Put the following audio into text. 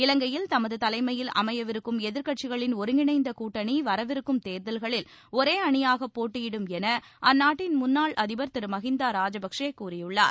இலங்கையில் தமது தலைமையில் அமையவிருக்கும் எதிர்க்கட்சிகளின் ஒருங்கிணைந்த கூட்டணி வரவிருக்கும் தேர்தல்களில் ஒரே அணியாகப் போட்டியிடும் என அந்நாட்டின் முன்னாள் அதிபர் திரு மஹிந்தா ராஜபக்சே கூறியுள்ளார்